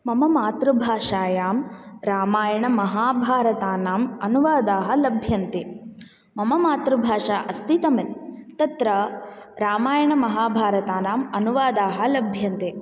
मम मातृभाषायां रामायणमहाभारतानाम् अनुवादाः लभ्यन्ते मम मातृभाषा अस्ति तमिळ् तत्र रामायणमहाभारतानाम् अनुवादाः लभ्यन्ते